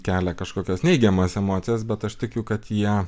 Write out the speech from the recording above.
kelia kažkokias neigiamas emocijas bet aš tikiu kad jie